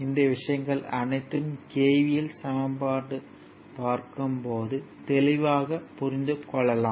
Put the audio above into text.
இந்த விஷயங்கள் அனைத்தும் KVL சமன்பாடு பார்க்கும் போது தெளிவாக புரிந்துக் கொள்ளலாம்